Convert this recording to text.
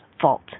Fault